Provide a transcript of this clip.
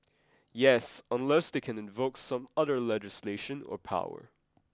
yes unless they can invoke some other legislation or power